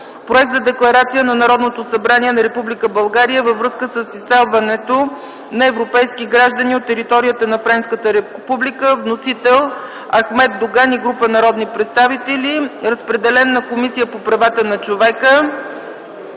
Проект за Декларация на Народното събрание на Република България във връзка с изселването на европейски граждани от територията на Френската република. Вносители са Ахмед Доган и група народни представители. Разпределен е на Комисията по правата на човека,